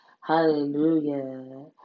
Hallelujah